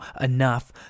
enough